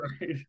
right